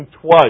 twice